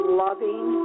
loving